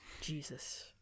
Jesus